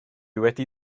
wedi